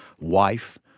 wife